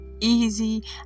easy